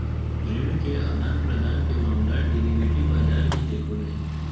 ऋण के आदान प्रदान के मामला डेरिवेटिव बाजार ही देखो हय